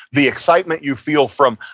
the excitement you feel from,